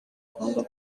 congo